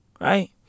Right